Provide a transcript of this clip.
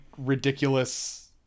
ridiculous